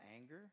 anger